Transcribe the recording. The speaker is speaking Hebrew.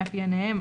מאפייניהם,